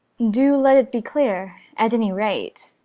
do let it be clear, at any rate,